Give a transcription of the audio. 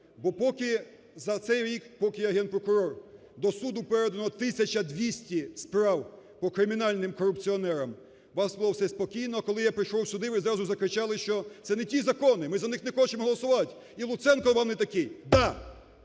бо поки за цей рік, поки я – Генпрокурор, до суду передано тисяча 200 справ по кримінальним корупціонерам, у вас було все спокійно. Коли я прийшов сюди, ви зразу закричали, що: "Це не ті закони, ми за них не хочемо голосувати, і Луценко вам не такий". Да,